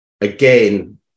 again